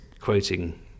quoting